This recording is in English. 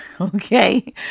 okay